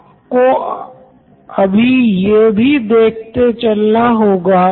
professor हाँ यही उनका मुख्य काम है जिसके लिए उनको मेहनताना मिलता है